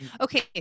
okay